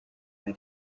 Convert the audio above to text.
ari